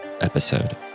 episode